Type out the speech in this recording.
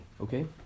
okay